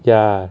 ya